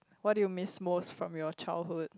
what do you miss most from your childhood